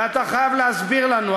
ואתה חייב להסביר לנו,